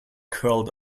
curled